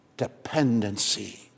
dependency